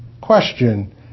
Question